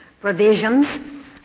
provisions